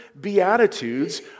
Beatitudes